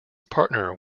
partner